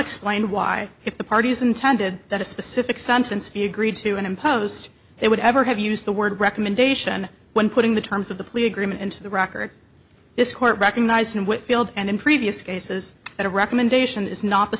explained why if the parties intended that a specific sentence be agreed to and imposed they would ever have used the word recommendation when putting the terms of the plea agreement into the record this court recognized in whitfield and in previous cases that a recommendation is not the